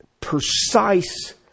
precise